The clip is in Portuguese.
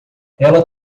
ela